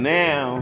now